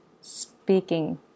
speaking